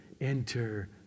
enter